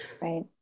right